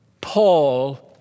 Paul